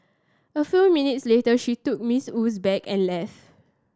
a few minutes later she took Miss Wu's bag and left